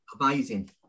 amazing